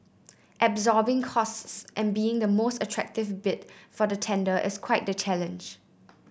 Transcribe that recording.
absorbing costs and being the most attractive bid for the tender is quite the challenge